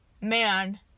man